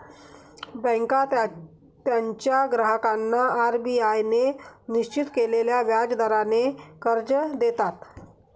बँका त्यांच्या ग्राहकांना आर.बी.आय ने निश्चित केलेल्या व्याज दराने कर्ज देतात